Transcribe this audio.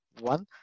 one